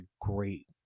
great